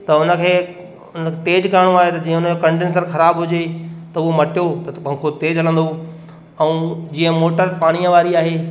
त उनखे उन तेज़ु करिणो आहे त जीअं उनजो कंडेन्सर ख़राबु हुजे त उहो मटियो त त पंखो तेज़ु हलंदो ऐं जीअं मोटर पाणीअ वारी आहे